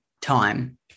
time